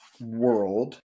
world